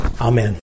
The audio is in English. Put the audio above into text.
Amen